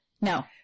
No